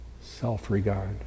self-regard